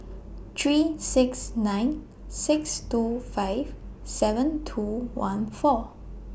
three six nine six two five seven two one four